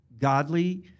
godly